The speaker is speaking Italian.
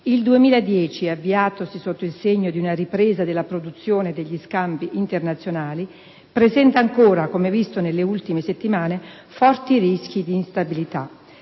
il 2010, avviatosi sotto il segno di una ripresa della produzione e degli scambi internazionali, presenta ancora, come si è visto nelle ultime settimane, forti rischi di instabilità.